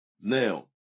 Now